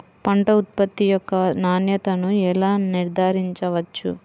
పంట ఉత్పత్తి యొక్క నాణ్యతను ఎలా నిర్ధారించవచ్చు?